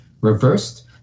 reversed